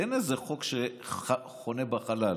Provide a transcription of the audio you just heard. אין איזה חוק שחונה בחלל.